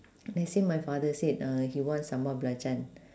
let's say my father said uh he wants sambal belacan